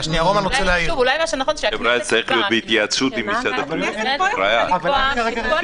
כך זה פותר את כל הבעיות.